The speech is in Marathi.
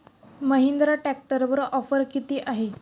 महिंद्रा ट्रॅक्टरवर ऑफर किती आहे?